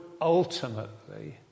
ultimately